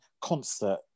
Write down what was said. concert